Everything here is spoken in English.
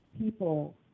people